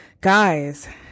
guys